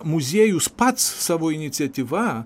muziejus pats savo iniciatyva